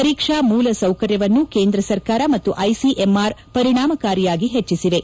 ಪರೀಕ್ಷಾ ಮೂಲ ಸೌಕರ್ಯವನ್ನು ಕೇಂದ್ರ ಸರ್ಕಾರ ಮತ್ತು ಐಸಿಎಂಆರ್ ಪರಿಣಾಮಕಾರಿಯಾಗಿ ಹೆಚ್ಚಿಸಿವೆ